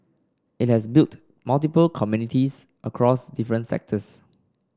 it has built multiple communities across different sectors